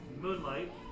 Moonlight